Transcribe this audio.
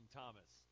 Thomas